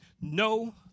No